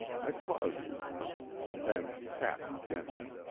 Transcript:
i paused a moment, and then tapped gently.